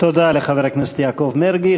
תודה לחבר הכנסת יעקב מרגי.